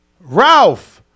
ralph